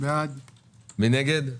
מי נגד?